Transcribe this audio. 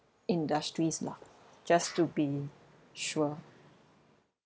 industries lah just to be sure